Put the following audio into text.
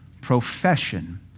profession